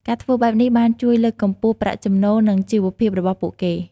ការធ្វើបែបនេះបានជួយលើកកម្ពស់ប្រាក់ចំណូលនិងជីវភាពរបស់ពួកគេ។